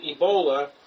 Ebola